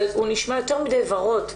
אבל הוא נשמע יותר מדי וורוד.